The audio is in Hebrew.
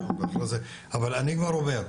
אני כבר אומר,